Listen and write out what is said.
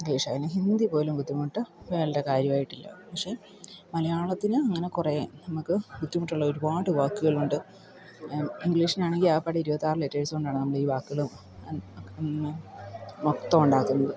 ഇംഗ്ലീഷായേന് ഹിന്ദി പോലും ബുദ്ധിമുട്ടു വേണ്ട കാര്യമായിട്ടില്ല പക്ഷേ മലയാളത്തിന് അങ്ങനെ കുറേ നമുക്ക് ബുദ്ധിമുട്ടുള്ള ഒരുപാട് വാക്കുകളുണ്ട് ഇംഗ്ലീഷിനാണെങ്കിൽ ആകപ്പാടെ ഇരുപത്താറ് ലെറ്റേഴ്സ് കൊണ്ടാണ് നമ്മൾ ഈ വാക്കുകളും മൊത്തം ഉണ്ടാക്കുന്നത്